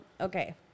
okay